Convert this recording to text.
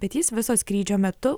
bet jis viso skrydžio metu